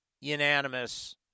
unanimous